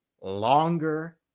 longer